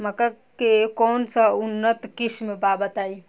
मक्का के कौन सा उन्नत किस्म बा बताई?